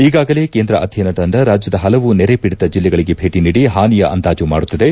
ಈಗಾಗಲೇ ಕೇಂದ್ರ ಅಧ್ಯಯನ ತಂಡ ರಾಜ್ಯದ ಪಲವು ನೆರೆ ಪೀಡಿತ ಜಿಲ್ಲೆಗಳಿಗೆ ಭೇಟಿ ನೀಡಿ ಹಾನಿಯ ಅಂದಾಜು ಮಾಡುತ್ತಿದೆ